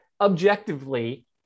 objectively